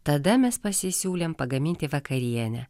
tada mes pasisiūlėm pagaminti vakarienę